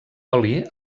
oli